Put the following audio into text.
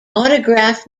autograph